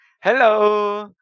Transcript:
Hello